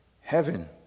Heaven